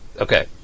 Okay